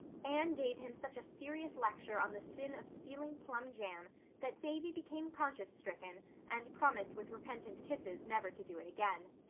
anne gave him such a serious lecture on the sin of stealing plum jam that davy became conscience stricken and promised with repentant kisses never to do it again.